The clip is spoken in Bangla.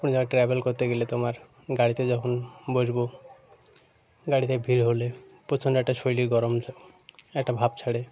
কোনো জায়গায় ট্র্যাভেল করতে গেলে তোমার গাড়িতে যখন বসবো গাড়িতে ভিড় হলে প্রচণ্ড একটা শরীর গরম একটা ভাব ছাড়ে